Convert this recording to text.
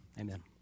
Amen